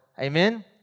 amen